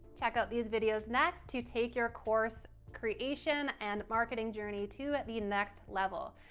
check out these videos next to take your course creation and marketing journey to the next level.